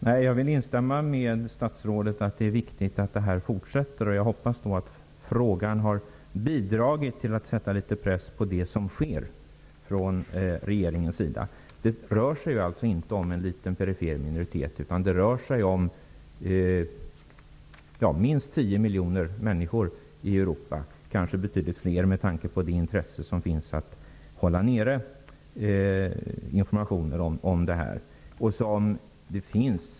Fru talman! Jag håller med statsrådet om att det är viktigt att vårt engagemang fortsätter. Jag hoppas att min fråga har bidragit till att sätta litet press på det som sker från regeringens sida. Det rör sig alltså inte om en liten perifer minoritet, utan det rör sig om minst tio miljoner människor i Europa -- kanske betydligt fler med tanke på ansträngningarna att hålla nere informationen om zigenarna.